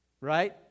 right